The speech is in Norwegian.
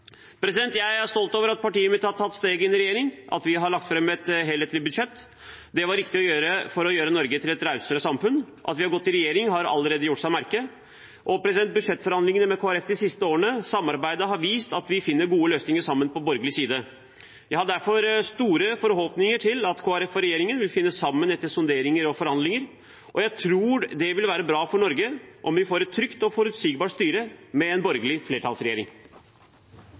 Jeg er stolt over at partiet mitt har tatt steget inn i regjering, at vi har lagt fram et helhetlig budsjett. Det var riktig å gjøre for å gjøre Norge til et rausere samfunn. At vi har gått inn i regjering, merkes allerede. Budsjettforhandlingene og samarbeidet med Kristelig Folkeparti de siste årene har vist at vi sammen finner gode løsninger på borgerlig side. Jeg har derfor store forhåpninger til at Kristelig Folkeparti og regjeringen vil finne sammen etter sonderinger og forhandlinger, og jeg tror det vil være bra for Norge om vi får et trygt og forutsigbart styre med en borgerlig flertallsregjering.